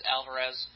Alvarez